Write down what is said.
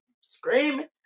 screaming